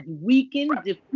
weakened